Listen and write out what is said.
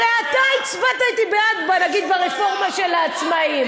בלי שום בעיה.